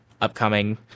upcoming